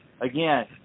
again